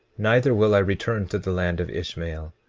neither will i return to the land of ishmael,